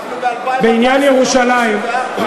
אנחנו ב-2014, לא ב-1994.